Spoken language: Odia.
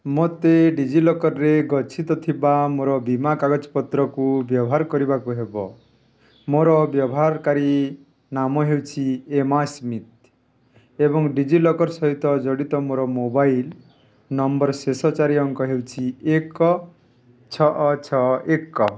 ମୋତେ ଡିଜିଲକର୍ରେ ଗଚ୍ଛିତ ଥିବା ମୋର ବୀମା କାଗଜପତ୍ର କୁ ବ୍ୟବହାର କରିବାକୁ ହେବ ମୋର ବ୍ୟବହାରକାରୀ ନାମ ହେଉଛି ଏମାସ୍ମିଥ୍ ଏବଂ ଡିଜିଲକର୍ ସହିତ ଜଡ଼ିତ ମୋର ମୋବାଇଲ୍ ନମ୍ବରର ଶେଷ ଚାରି ଅଙ୍କ ହେଉଛି ଏକ ଛଅ ଛଅ ଏକ